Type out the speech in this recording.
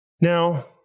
Now